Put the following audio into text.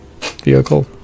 vehicle